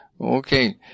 Okay